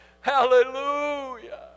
Hallelujah